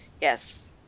yes